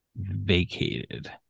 vacated